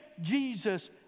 Jesus